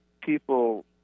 people